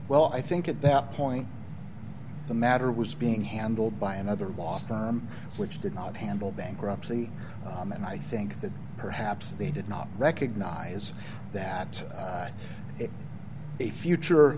well i think at that point the matter was being handled by another law which did not handle bankruptcy and i think that perhaps they did not recognize that if a future